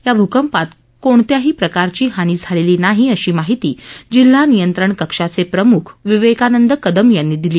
या भूकंपात होणत्याही प्रकारची हानी झालेली नाही अशी माहिती जिल्हा नियंत्रण कक्षाचे प्रमुख विवेकानंद कदम यांनी दिली